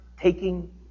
taking